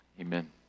Amen